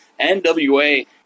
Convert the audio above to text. NWA